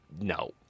no